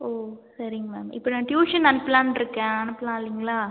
ஓ சரிங்க மேம் இப்போது நான் டியூசன் அனுப்பலான்னுருக்கேன் அனுப்பலாம் இல்லைங்களா